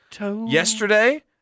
Yesterday